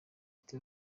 ati